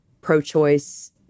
pro-choice